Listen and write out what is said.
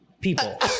people